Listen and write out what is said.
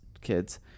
kids